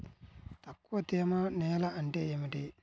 తక్కువ తేమ నేల అంటే ఏమిటి?